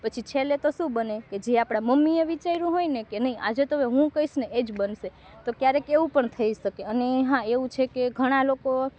પછી છેલ્લે તો શું બને જે આપણા મમ્મીએ વિચાર્યું હોયને આજે તો હું કહીશને એ જ બનશે તો ક્યારેક એવું પણ થઈ શકે અને હાં એવું છે કે ઘણા લોકો